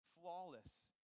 flawless